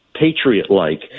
Patriot-like